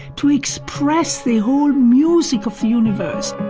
to express the whole music of the universe